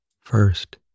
First